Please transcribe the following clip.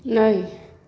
नै